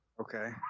Okay